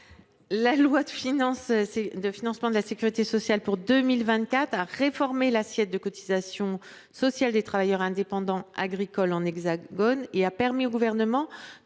La loi de financement de la sécurité sociale pour 2024 a réformé l’assiette des cotisations sociales des travailleurs indépendants agricoles dans l’Hexagone, et a permis au Gouvernement de